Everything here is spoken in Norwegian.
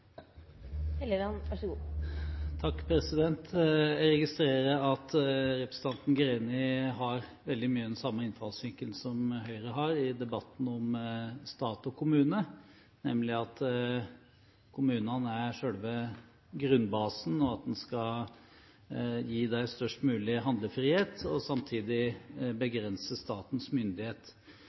for småbedrifter. Så det er absolutt en problemstilling vi må ha oppmerksomhet på også i tiden framover. Jeg registrerer at representanten Greni har veldig mye den samme innfallsvinkel som Høyre har i debatten om stat og kommune, nemlig at kommunene er selve grunnbasen, og at en skal gi dem størst mulig handlefrihet og samtidig begrense